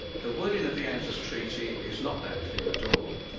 the wording of the anzus treaty is not that clear at all.